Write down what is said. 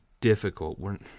difficult